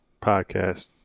podcast